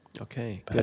Okay